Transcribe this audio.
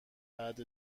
بعد